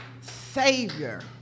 savior